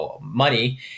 money